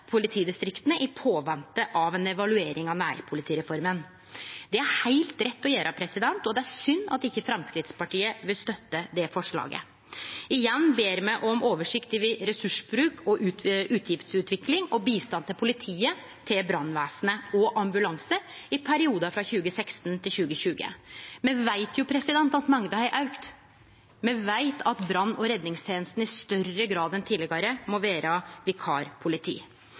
evaluering av nærpolitireforma ligg føre. Det er heilt rett å gjere, og det er synd at ikkje Framstegspartiet vil støtte det forslaget. Igjen ber me om oversikt over ressursbruk, utgiftsutvikling og bistand til politiet frå brannvesenet og ambulansen i perioden frå 2016–2020. Me veit at mengda har auka, me veit at brann- og redningstenestene i større grad enn tidlegare må